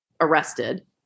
arrested